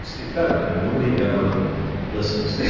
it's better. and nobody ever listens.